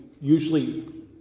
usually